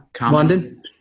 London